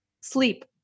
sleep